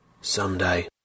Someday